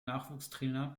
nachwuchstrainer